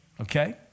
Okay